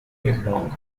headlong